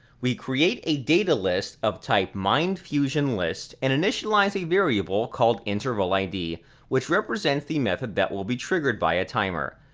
we create a datalist of type mindfusion list and initialize a variable called intervalid, which represents the method that will be triggerred by a timer.